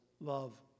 love